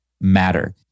matter